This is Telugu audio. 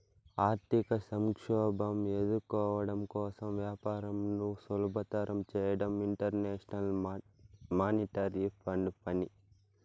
ఆర్థిక సంక్షోభం ఎదుర్కోవడం కోసం వ్యాపారంను సులభతరం చేయడం ఇంటర్నేషనల్ మానిటరీ ఫండ్ పని